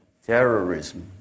terrorism